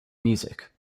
music